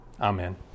Amen